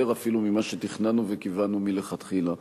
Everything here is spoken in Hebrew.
יותר ממה שתכננו וכיוונו מלכתחילה.